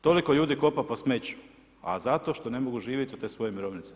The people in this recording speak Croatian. Toliko ljudi kopa po smeću, a zato što ne mogu živjeti od te svoje mirovinice.